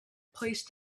place